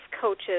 coaches